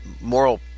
moral